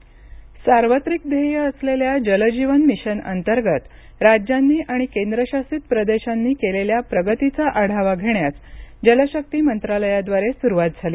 जलशक्ती प्रगती सार्वत्रिक ध्येय असलेल्या जल जीवन मिशन अंतर्गत राज्यांनी आणि केंद्रशासित प्रदेशांनी केलेल्या प्रगतीचा आढावा घेण्यास जलशक्ती मंत्रालयाद्वारे सुरूवात झाली